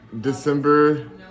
December